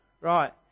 Right